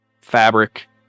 fabric